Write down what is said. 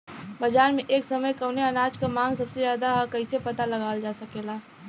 बाजार में एक समय कवने अनाज क मांग सबसे ज्यादा ह कइसे पता लगावल जा सकेला?